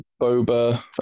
Boba